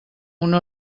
una